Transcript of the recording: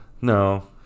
No